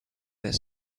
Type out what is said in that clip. their